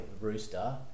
Rooster